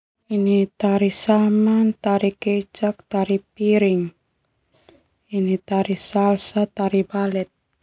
Ini Tari Saman, tari Kecak, tari Piring, ini tari Salsa, tari Balet.